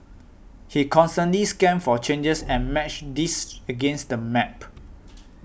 he constantly scanned for changes and matched these against the map